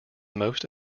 most